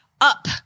up